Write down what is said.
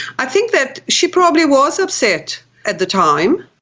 i think that she probably was upset at the time,